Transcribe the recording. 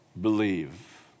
believe